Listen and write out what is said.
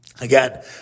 Again